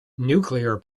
nuclear